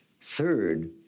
Third